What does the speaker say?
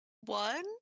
one